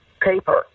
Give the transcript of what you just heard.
paper